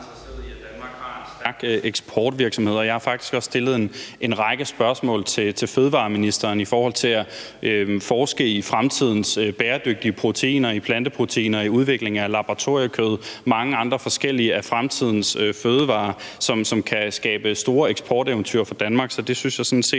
også stillet en række spørgsmål til fødevareministeren i forhold til at forske i fremtidens bæredygtige proteiner, planteproteiner, udvikling af laboratoriekød og mange andre af fremtidens forskellige fødevarer, som kan skabe store eksporteventyr for Danmark. Så det synes jeg sådan set